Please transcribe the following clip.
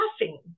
laughing